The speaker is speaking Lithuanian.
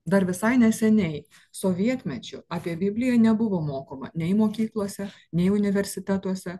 dar visai neseniai sovietmečiu apie bibliją nebuvo mokoma nei mokyklose nei universitetuose